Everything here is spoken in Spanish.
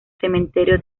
cementerio